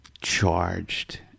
charged